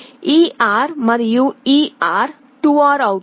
ఈ R మరియు ఈ R 2 R అవుతుంది